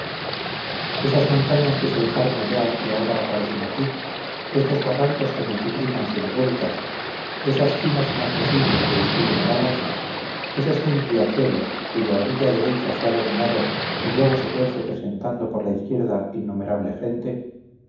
esas montañas que se dejaron allá y ahora aparecen aquí estos barrancos que multiplican sus vueltas esas cimas inaccesibles que despiden balas esos mil riachuelos cuya orilla derecha se ha dominado y luego se tuerce presentando por la izquierda innumerable gente